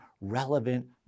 relevant